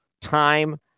time